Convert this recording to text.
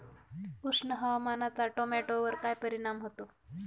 उष्ण हवामानाचा टोमॅटोवर काय परिणाम होतो?